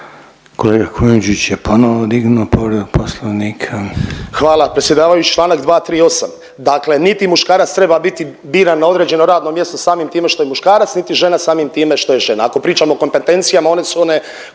Kolega Kujundžić je ponovno dignuo povredu Poslovnika. **Kujundžić, Ante (MOST)** Hvala predsjedavajući. Čl. 238. Dakle niti muškarac treba biti biran na određeno radno mjesto samim time što je muškarac niti žena samim time što je žena. Ako pričamo o kompetencija, one su one